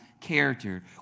character